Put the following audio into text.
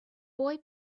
boy